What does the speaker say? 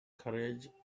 carriage